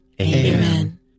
Amen